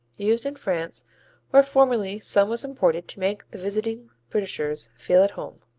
used in france where formerly some was imported to make the visiting britishers feel at home.